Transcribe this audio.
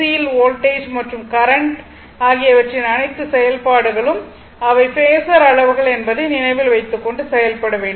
யில் வோல்டேஜ் மற்றும் கரண்ட் ஆகியவற்றின் அனைத்து செயல்பாடுகளும் அவை பேஸர் அளவுகள் என்பதை நினைவில் வைத்துக் கொண்டு செயல்பட வேண்டும்